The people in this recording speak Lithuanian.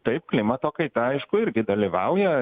taip klimato kaita aišku irgi dalyvauja